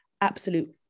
Absolute